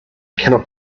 cannot